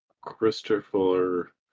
Christopher